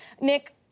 Nick